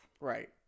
Right